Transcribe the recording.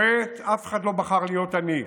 אף אחד לא בחר להיות עני,